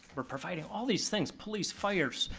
we're providing all these things, police, fire, so